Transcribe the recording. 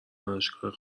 دانشگاه